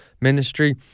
ministry